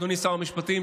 אדוני שר המשפטים,